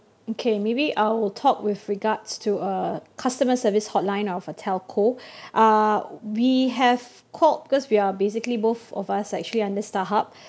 okay maybe I'll talk with regards to a customer service hotline of a telco uh we have called because we are basically both of us actually under Starhub